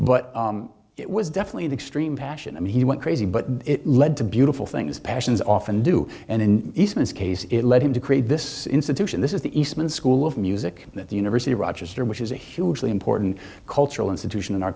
but it was definitely extreme passion and he went crazy but it led to beautiful things passions often do and in this case it led him to create this institution this is the eastman school of music at the university of rochester which is a hugely important cultural institution in our